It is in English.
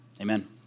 Amen